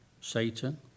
Satan